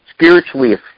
spiritually